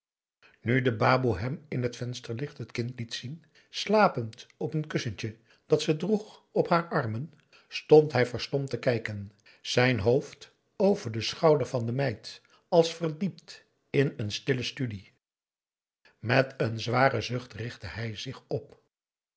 nu de baboe hem in het vensterlicht het kind liet zien slapend op een kussentje dat ze droeg op haar armen stond hij verstomd te kijken zijn hoofd over den schouder van de meid als verdiept aum boe akar eel in een stille studie met een zwaren zucht richtte hij zich op